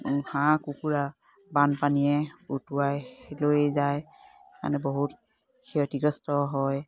হাঁহ কুকুৰা বানপানীয়ে উটুৱাই লৈ যায় মানে বহুত ক্ষতিগ্ৰস্ত হয়